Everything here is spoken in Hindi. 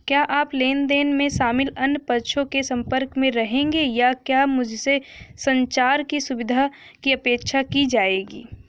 क्या आप लेन देन में शामिल अन्य पक्षों के संपर्क में रहेंगे या क्या मुझसे संचार की सुविधा की अपेक्षा की जाएगी?